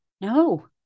no